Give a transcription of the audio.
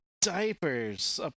diapers